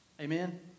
Amen